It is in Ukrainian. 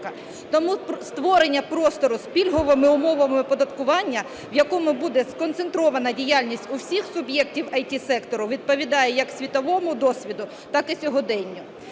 Тому створення простору з пільговими умовами оподаткування, в якому буде сконцентрована діяльність всіх суб'єктів ІТ-сектору відповідає як світовому досвіду, так і сьогоденню.